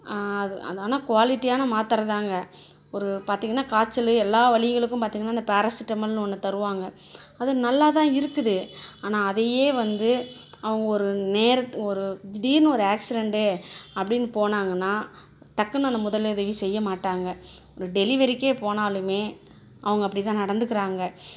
அது அது ஆனால் குவாலிட்டியான மாத்திர தாங்க ஒரு பாத்தீங்கன்னா காய்ச்சல் எல்லா வலிகளுக்கும் பார்த்தீங்கன்னா இந்த பாராசிட்டமால்னு ஒன்று தருவாங்க அது நல்லாதான் இருக்குது ஆனால் அதையே வந்து அவங்க ஒரு நேரம் ஒரு திடீர்னு ஒரு ஆக்ஸிடெண்டு அப்படின்னு போனாங்கன்னா டக்குன்னு அந்த முதலுதவி செய்ய மாட்டாங்க ஒரு டெலிவெரிக்கே போனாலும் அவங்க அப்படிதான் நடந்துக்கிறாங்க